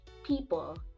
people